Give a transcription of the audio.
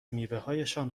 میوههایشان